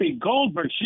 Goldberg